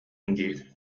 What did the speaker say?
диир